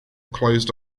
closed